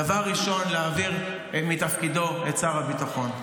דבר ראשון, להעביר מתפקידו את שר הביטחון.